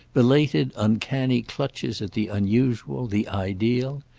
belated uncanny clutches at the unusual, the ideal.